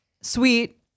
sweet